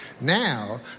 Now